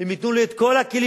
אם ייתנו לי את כל הכלים,